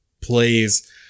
plays